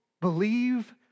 believe